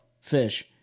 fish